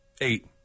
eight